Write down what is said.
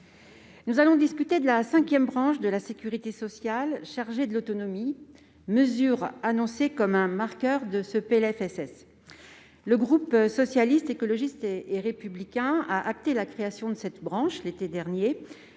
Nous allons discuter de la cinquième branche de la sécurité sociale, chargée de l'autonomie, mesure annoncée comme un marqueur de ce PLFSS. Le groupe SER a acté la création de cette branche l'été dernier,